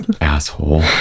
Asshole